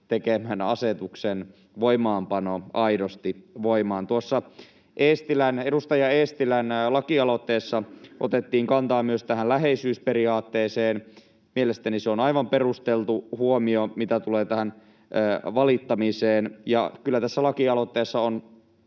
tekemä asetus aidosti voimaan. Tuossa edustaja Eestilän lakialoitteessa otettiin kantaa myös läheisyysperiaatteeseen, ja mielestäni se on aivan perusteltu huomio, mitä tulee tähän valittamiseen. Kyllä tässä laki-aloitteessa on